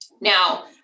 Now